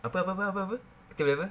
apa apa apa apa kita punya apa